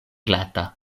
glata